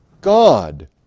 God